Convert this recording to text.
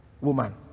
woman